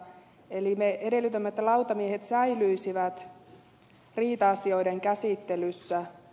eli me edellytämme että lautamiehet säilyisivät riita asioiden käsittelyssä